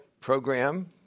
program